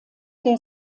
der